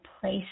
place